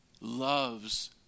loves